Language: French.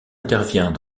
intervient